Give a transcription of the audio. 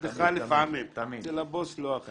אצלך לפעמים, אצל הבוס לא הכי.